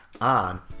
on